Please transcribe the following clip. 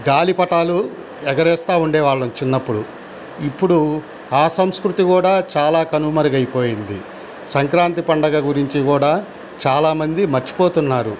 గాలిపటాలు ఎగరేస్తూ ఉండేవాళ్ళం చిన్నప్పుడు ఇప్పుడు ఆ సంస్కృతి కూడా చాలా కనుమరుగైపోయింది సంక్రాంతి పండగ గురించి కూడా చాలా మంది మర్చిపోతున్నారు